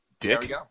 dick